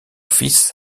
fils